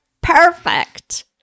perfect